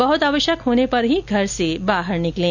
बहुत आवश्यक होने पर ही घर से बाहर निकलें